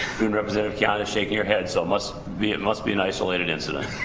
student represented kiana shaking your head so it must be it must be an isolated incident